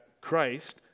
Christ